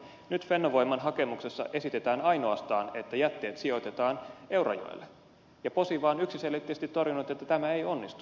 nyt fennovoiman hakemuksessa esitetään ainoastaan että jätteet sijoitetaan eurajoelle ja posiva on yksiselitteisesti torjunut että tämä ei onnistu